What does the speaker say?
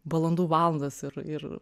valandų valandas ir ir